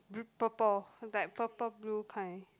bl~ purple that purple blue kind